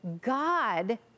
God